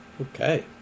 Okay